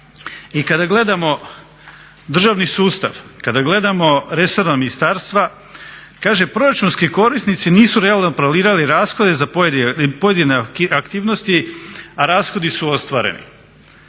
i kada gledamo državni sustav, kada gledamo resorna ministarstva kaže proračunski korisnici nisu realno planirali rashode za pojedine aktivnosti a rashodi su ostvareni.